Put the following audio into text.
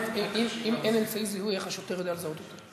אם אין אמצעי זיהוי, איך השוטר יודע לזהות אותו?